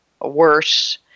worse